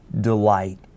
delight